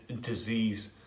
disease